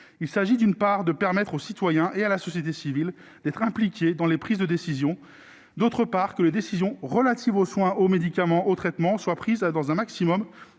il s'agit d'une part, de permettre aux citoyens et à la société civile, d'être impliqué dans les prises de décision, d'autre part que les décisions relatives aux soins aux médicaments aux traitements soient prises dans un maximum